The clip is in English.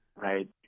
Right